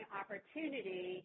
opportunity